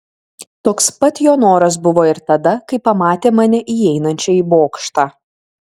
toks pat jo noras buvo ir tada kai pamatė mane įeinančią į bokštą